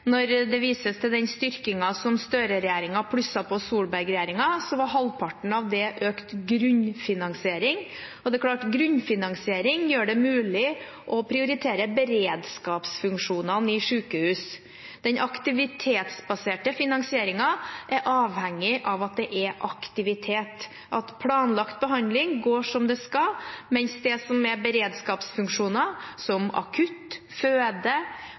Når det vises til den styrkingen som Støre-regjeringen plusset på Solberg-regjeringens budsjett, var halvparten av det økt grunnfinansiering. Grunnfinansiering gjør det mulig å prioritere beredskapsfunksjonene i sykehus. Den aktivitetsbaserte finansieringen er avhengig av at det er aktivitet, at planlagt behandling går som den skal, mens det som er beredskapsfunksjoner, som akutt, føde